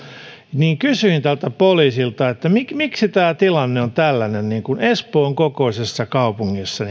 kysyin tältä poliisilta miksi miksi tämä tilanne on tällainen espoon kokoisessa kaupungissa